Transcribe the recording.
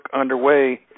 underway